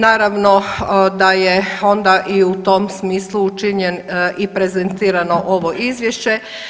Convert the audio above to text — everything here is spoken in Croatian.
Naravno da je onda i u tom smislu učinjen i prezentirano ovo izvješće.